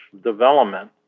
development